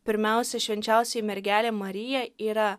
pirmiausia švenčiausioji mergelė marija yra